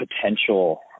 potential